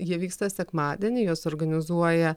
jie vyksta sekmadienį juos organizuoja